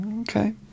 Okay